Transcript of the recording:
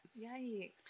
Yikes